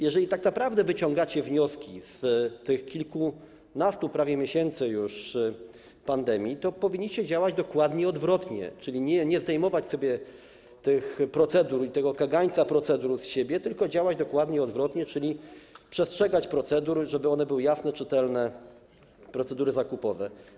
Jeżeli tak naprawdę wyciągacie wnioski z tych prawie już kilkunastu miesięcy pandemii, to powinniście działać dokładnie odwrotnie, czyli nie zdejmować tych procedur i tego kagańca procedur z siebie, tylko działać dokładnie odwrotnie, czyli przestrzegać procedur, żeby one były jasne, czytelne, procedury zakupowe.